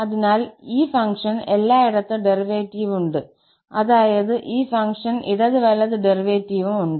അതിനാൽ ഈ ഫംഗ്ഷന് എല്ലായിടത്തും ഡെറിവേറ്റീവ് ഉണ്ട് അതായത് ഈ ഫംഗ്ഷന് ഇടത് വലത് ഡെറിവേറ്റീവും ഉണ്ട്